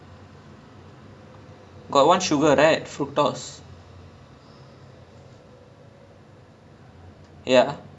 ya it's like alcohol okay let's say you are making ya so so they've I think they brew it like if I'm not wrong like you know tennessee whiskey right